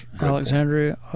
Alexandria